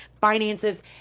finances